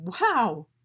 wow